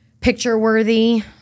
picture-worthy